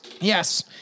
Yes